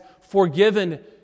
forgiven